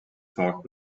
talk